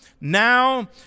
now